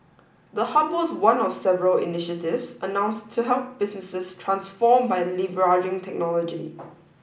the hub was one of several initiatives announced to help businesses transform by leveraging technology